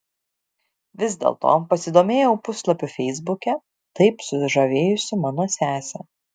vis dėlto pasidomėjau puslapiu feisbuke taip sužavėjusiu mano sesę